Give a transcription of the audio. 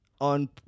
on